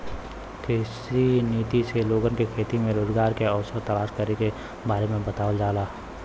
कृषि नीति से लोग के खेती में रोजगार के अवसर तलाश करे के बारे में बतावल जाला